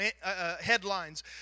headlines